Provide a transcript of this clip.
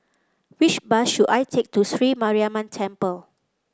which bus should I take to Sri Mariamman Temple